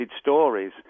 stories